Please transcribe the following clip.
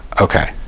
Okay